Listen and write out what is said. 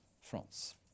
France